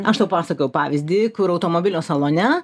aš tau pasakojau pavyzdį kur automobilio salone